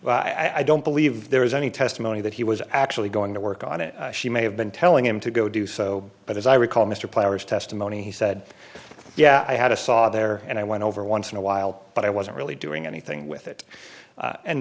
on it i don't believe there was any testimony that he was really going to work on it she may have been telling him to go do so but as i recall mr plowers testimony he said yeah i had a saw there and i went over once in a while but i wasn't really doing anything with it and